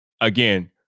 again